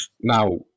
now